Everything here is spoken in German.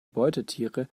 beutetiere